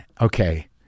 okay